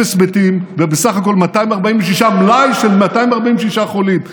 אפס מתים ובסך הכול מלאי של 246 חולים,